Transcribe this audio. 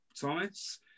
Thomas